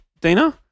Dina